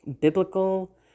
biblical